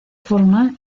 forma